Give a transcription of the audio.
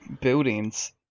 buildings